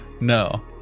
No